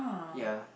ya